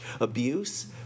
abuse